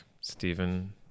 Stephen